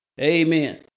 Amen